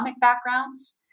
backgrounds